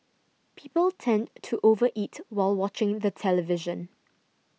people tend to over eat while watching the television